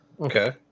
Okay